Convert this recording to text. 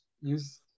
use